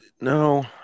no